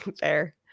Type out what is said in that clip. Fair